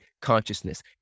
consciousness